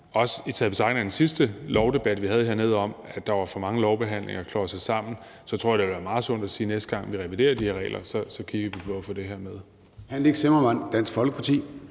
også i betragtning af den sidste debat, vi havde hernede, om, at der var for mange lovbehandlinger klodset sammen – at det vil være meget sundt at sige, næste gang vi reviderer de her regler, at så kigger vi på at få det her med.